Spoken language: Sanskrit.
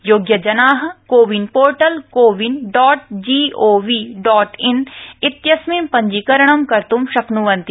योग्यजना CoWIN portal CoWIN dot G O V dot in इत्यस्मिन्पत्रजीकरणं कर्त् शक्न्वन्ति